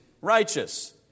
righteous